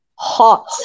hot